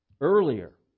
earlier